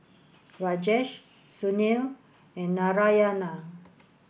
Rajesh Sunil and Narayana